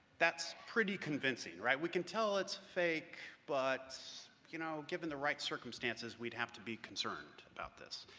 that's pretty convincing, right? we can tell it's fake, but you know given the right circumstances, we'd have to be concerned about this.